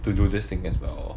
to do this thing as well